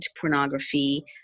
pornography